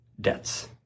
debts